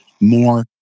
more